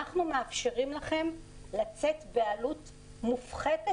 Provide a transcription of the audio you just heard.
אנחנו מאפשרים לכם לצאת בעלות מופחתת